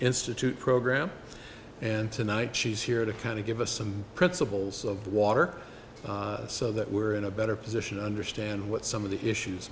institute program and tonight she's here to kind of give us some principles of water so that we're in a better position to understand what some of the issues